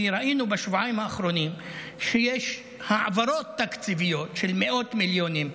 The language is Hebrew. ראינו בשבועיים האחרונים שיש העברות תקציביות של מאות מיליונים,